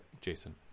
Jason